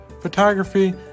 photography